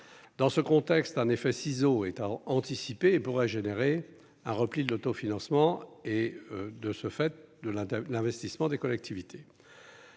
dans ce contexte un effet ciseau étant anticipé et pourrait générer un repli de l'auto-financement et de ce fait, de l'investissement des collectivités